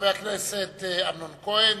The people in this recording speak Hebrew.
לחבר הכנסת אמנון כהן,